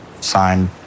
signed